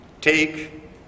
Take